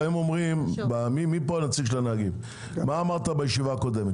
מה אמרת בישיבה הקודמת?